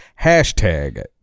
hashtag